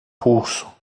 pulso